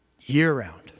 year-round